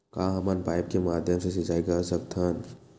का हमन पाइप के माध्यम से सिंचाई कर सकथन?